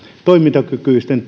toimintakykyisillä